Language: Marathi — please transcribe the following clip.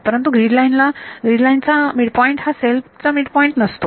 परंतु ग्रीड लाईन चा मिड पॉइंट हा सेल चा मिड पॉईंट नसतो